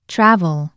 Travel